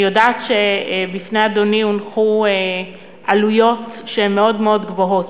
אני יודעת שבפני אדוני הונחו עלויות שהן מאוד מאוד גבוהות.